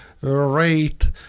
rate